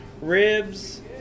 ribs